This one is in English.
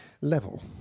level